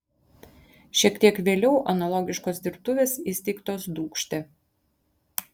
šiek tiek vėliau analogiškos dirbtuvės įsteigtos dūkšte